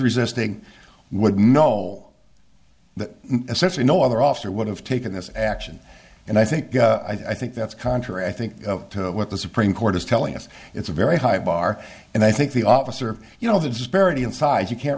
resisting would know that essentially no other officer would have taken this action and i think i think that's contrary i think what the supreme court is telling us it's a very high bar and i think the officer you know the disparity in size you can't